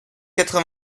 quatre